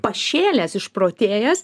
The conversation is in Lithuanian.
pašėlęs išprotėjęs